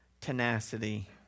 tenacity